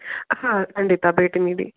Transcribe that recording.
ಹಾಂ ಖಂಡಿತ ಭೇಟಿ ನೀಡಿ